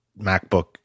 MacBook